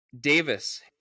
Davis